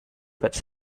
fetch